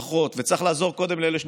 ולכל היותר לתקופה שלא תעלה על